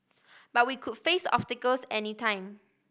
but we could face obstacles any time